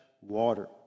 water